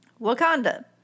Wakanda